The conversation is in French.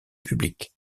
public